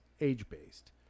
age-based